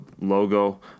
logo